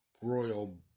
royal